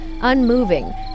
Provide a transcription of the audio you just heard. unmoving